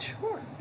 Sure